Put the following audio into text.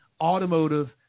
Automotive